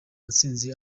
mutsinzi